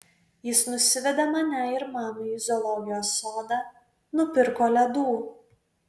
jis nusivedė mane ir mamą į zoologijos sodą nupirko ledų